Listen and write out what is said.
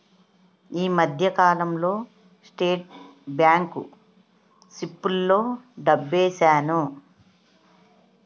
ఈ మధ్యకాలంలో state bank సిప్పుల్లో డబ్బేశాను